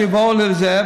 שיבואו לזה,